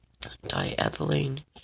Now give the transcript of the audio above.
diethylene